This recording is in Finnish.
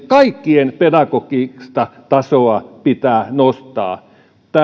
kaikkien pedagogista tasoa pitää nostaa tämä